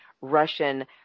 Russian